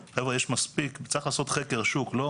גם אנחנו כחברה יבואנים מביאים סלים רב פעמיים.